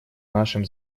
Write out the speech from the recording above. нашем